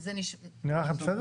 זה נראה לכם בסדר?